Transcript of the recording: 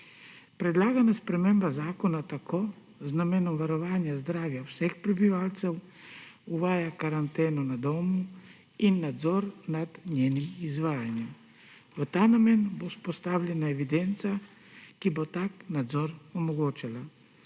Predlagana sprememba zakona tako z namenom varovanja zdravja vseh prebivalcev uvaja karanteno na domu in nadzor nad njenim izvajanjem. V ta namen bo vzpostavljena evidenca, ki bo tak nadzor omogočala.